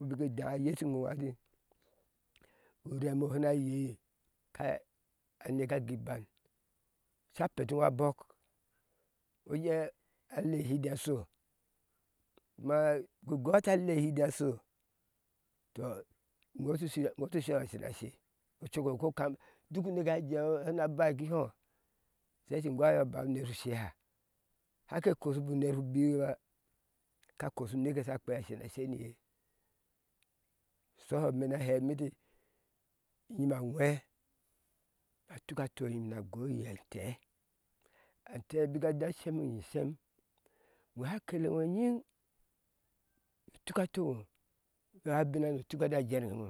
Biki idá ayeshi iŋo ati urem mee ŋo shuna yei kai aneke agui iban sha peti iŋo abok uje ale ehide asho ma bik ugɔ ata ale ehide a sho tɔ iŋo tusho iŋo tu sho ashena she ocok eŋo ko kma duk uneke eye na jea ana bai ki hɔɔ sha ati ingwa ƴaba uner shusheha ahake koshibi uner shu biwiba ka koshu une ke yesha kpea a shena she niiye ishoho imena hɛi ati yiima a whéé a tuk a to yim na gɔɔ oye antɛɛ ym antɛɛ antɛɛ bik ana shemi yim ishem uwheha akele eŋo a nyiŋ tuk a toŋo nu ai ubinhana tuke na jeŋe eŋo